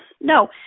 no